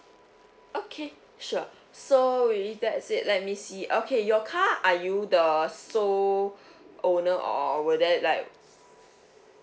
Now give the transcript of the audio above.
okay sure so wi~ with that said let me see okay your car are you the sole owner or will there like